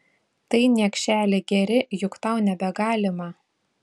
tai niekšeli geri juk tau nebegalima